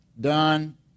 done